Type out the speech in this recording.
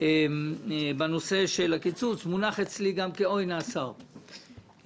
אדוני השר,